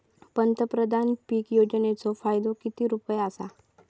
पंतप्रधान पीक योजनेचो फायदो किती रुपये आसा?